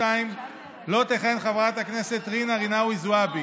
לא תכהן חברת הכנסת ג'ידא רינאוי זועבי,